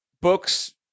Books